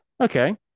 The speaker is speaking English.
Okay